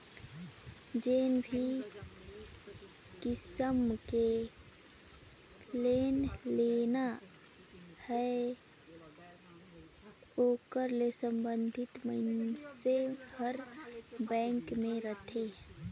जेन भी किसम के लोन लेना हे ओकर ले संबंधित मइनसे हर बेंक में रहथे